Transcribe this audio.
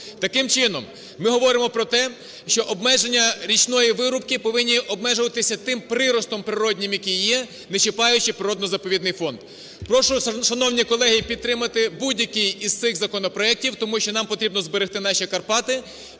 Таким чином, ми говоримо про те, що обмеження річної вирубки повинні обмежуватися тим приростом природнім, який є, не чіпаючи природно-заповідний фонд. Прошу, шановні колеги, підтримати будь-який із цих законопроектів, тому що нам потрібно зберегти наші Карпати